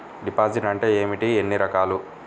Deposit అంటే ఏమిటీ ఎన్ని రకాలు?